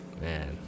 Man